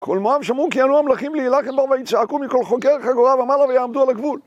כל מואב שמעו כי אנו המלכים לילה כדבר ויצעקו מכל חוגר חגורה ומעלה ויעמדו על הגבול